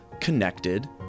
connected